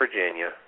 Virginia